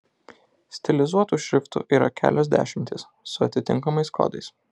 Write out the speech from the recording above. stilizuotų šriftų yra kelios dešimtys su atitinkamais kodais